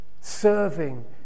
Serving